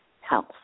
health